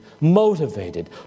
motivated